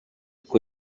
uko